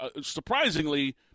surprisingly